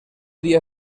día